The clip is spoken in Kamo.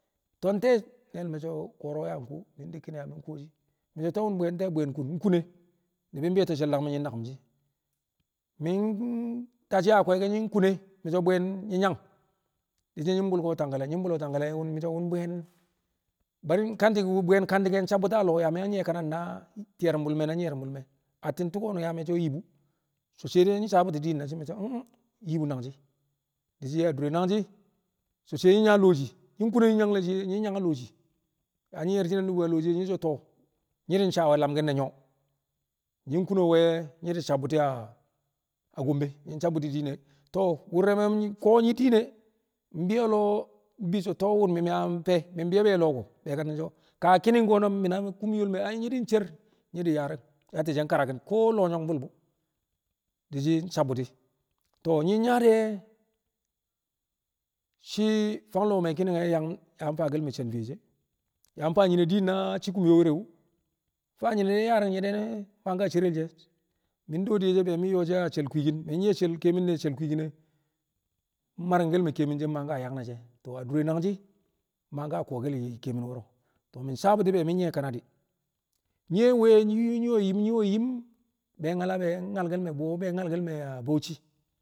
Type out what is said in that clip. Ton nte̱ ne̱e̱l me̱ so̱ ko̱ro̱ yaa nkuwo mi̱ dikkin yaa mi̱ kuwo shi̱ mi̱ so̱ wo̱m bwuyen nte̱? wo̱m bwuyen kun nkune ni̱bi̱ be̱e̱to̱ she̱l dagme̱ nyi̱ daku̱m shi̱ mi̱ ta shi̱ a kwe̱eke̱ nyi̱ kune mi̱ so̱ bwuyen nyi̱ yang di̱ shi̱ nyi̱ bu̱lki̱n a Tangkale mi̱ so̱ wo̱m bwuyen kanti̱ wo̱m bwuyen kanti̱ ke̱ sabu̱ti̱ a lo̱o̱ yaa mi̱ yang nyɪye̱ kanadi̱ na ti̱ye̱ru̱mbu̱l me̱ na nyeru̱mbu̱l me̱ atti̱n tu̱u̱ ko̱nu̱n yaa me̱cce̱ wu̱ yi bu̱ so̱ sai dai nyi̱ sabu̱ti̱ din na shi̱ mi̱ so̱ i̱nh inh yi bu̱ nangshi̱ di̱ shi̱ a dure nangshi̱ so̱ sai nyi̱ yaa a lo̱o̱ shii nyi̱ kune nyi̱ yang lo̱o̱ shiye nyi̱ yang a lo̱o̱ shiye yaa nyi̱ ye̱r shi̱ na nu̱ba lo̱o̱ shiye nyi̱ so̱ to̱o̱ nyi̱ di̱ sawe̱ lamki̱n ne̱ nye̱ wu̱ nyi̱ kun a we nyi̱ di̱ sabu̱ti̱ a Gombe nyi̱ sabu̱ti̱ diin e to̱o̱ wu̱r re̱ me̱ ko̱ nyi̱ diin e mbi̱ƴo̱ lọo̱ mbi so̱ to̱ wo̱m mi̱ mi̱ a fe? mi̱ bi̱yo̱ bi̱yo̱ lo̱o̱ ko̱? be̱e̱kati̱ng so̱ ka ki̱ni̱ng ko̱nu̱n wu̱ mi̱ na kumyo̱ le̱ me̱ a nyi̱ din kan cer nyi̱ yaarɪng yattɪ she̱ nkarakin ko̱ lo̱o̱ nyong bul bu̱ di̱ shi̱ sabu̱ti̱ to̱o̱ ko̱ nyi̱ yaa de̱ shi̱ fang lo̱o̱ me̱ ki̱ni̱ng nyang yaa faake̱l me̱ san fiye she̱ yaa fa nyine din na shi̱ kumyo were wu̱ fa nyine yaaring nyine de̱ ma ka cere she̱ mi̱ dewe diye she̱ ya mi̱ yo̱o̱ shi̱ a she̱l kwiikin mi̱ nyi̱ye̱ ke̱e̱mɪn ne̱ she̱l kwiikin e̱, maringkel me̱ ke̱e̱mi̱n she̱ man ka yang ne̱ she̱. To̱o̱ adure nangshi̱ mma ka kuwokel yi ke̱e̱mi̱n wo̱ro̱, to̱o̱ mi̱ sabu̱ti̱ be mi̱ nyi̱ye̱ kanadɪ nyi̱ we̱ nyi̱ we̱ nyi̱ we̱ yim nyi̱ we̱ yim be nyal be nyalke̱l me̱ bwuyen be nyalke̱l me a Bauchi.